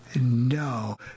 No